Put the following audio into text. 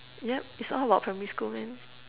yup it's all about primary school man